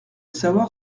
savoir